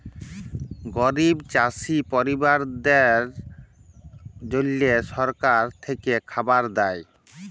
গরিব চাষী পরিবারদ্যাদের জল্যে সরকার থেক্যে খাবার দ্যায়